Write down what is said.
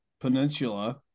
peninsula